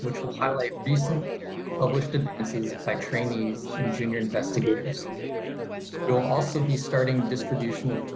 which will highlight recent published advances by trainees and junior investigators we will also be starting distribution of